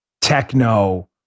Techno